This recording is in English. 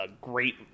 great